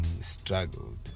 struggled